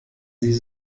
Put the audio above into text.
sie